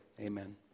Amen